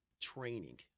training